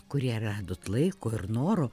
kurie radot laiko ir noro